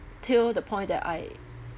till the point that I